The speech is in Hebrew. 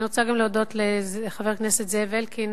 אני רוצה גם להודות לחבר הכנסת זאב אלקין,